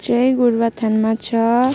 चाहिँ गोरुबथानमा छ